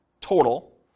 total